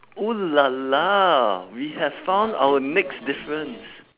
oo la la we have found our next difference